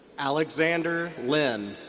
alexander lin.